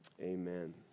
Amen